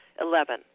Eleven